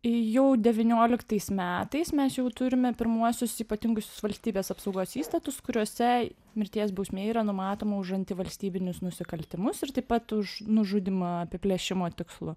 jau devynioliktais metais mes jau turime pirmuosius ypatinguosius valstybės apsaugos įstatus kuriuose mirties bausmė yra numatoma už antivalstybinius nusikaltimus ir taip pat už nužudymą apiplėšimo tikslu